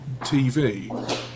TV